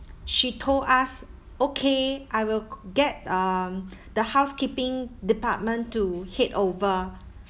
she told us okay I will get um the housekeeping department to head over